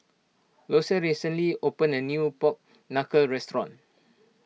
Loyce recently opened a new Pork Knuckle restaurant